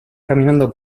caminando